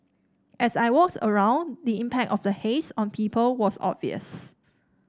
as I walked around the impact of the haze on people was obvious